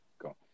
go